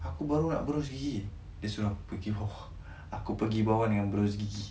aku baru nak berus gigi dia suruh aku pergi aku pergi bawah dengan berus gigi